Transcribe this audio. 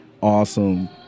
awesome